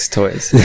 toys